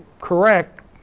correct